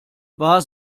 war